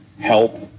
help